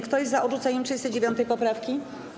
Kto jest za odrzuceniem 39. poprawki?